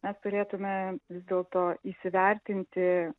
mes turėtume vis dėlto įsivertinti